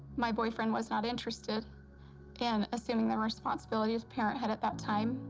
my boyfriend was not interested in assuming the responsibility of parenthood at that time.